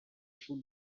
sud